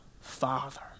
Father